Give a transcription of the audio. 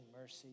mercy